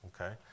okay